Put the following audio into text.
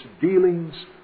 dealings